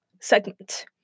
segment